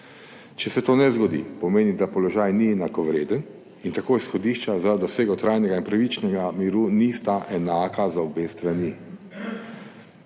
Če se to ne zgodi, pomeni, da položaj ni enakovreden, in tako izhodišča za dosego trajnega in pravičnega miru nista enaka za obe strani.